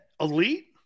elite